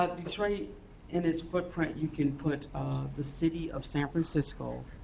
ah detroit in its footprint you can put the city of san francisco,